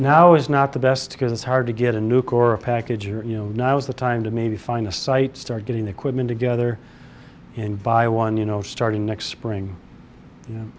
now it's not the best because it's hard to get a nuke or a package or you know now's the time to maybe find a site start getting the equipment together and buy one you know starting next spring